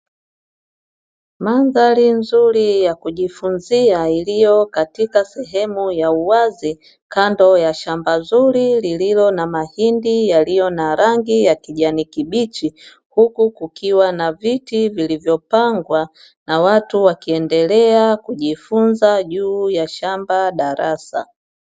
Mandhari nzuri ya kujifunza iliyo katika sehemu ya uwazi kando ya shamba zuri lililo na mahindi yaliyo na rangi ya kijani kibichi huku kukiwa na viti vilivyopangwa na watu wakiendelea kujifunza juu ya shamba darasa.